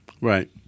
Right